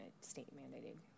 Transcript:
state-mandated